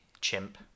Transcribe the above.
chimp